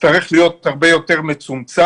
יצטרך להיות הרבה יותר מצומצם,